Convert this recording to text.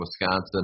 Wisconsin